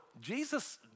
Jesus